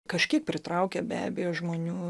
kažkiek pritraukia be abejo žmonių